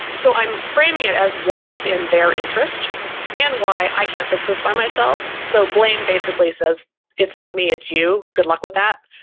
so i'm framing it as why it's in their interest and why i can't fix this by myself. so blame basically says it's not me, it's you good luck with that.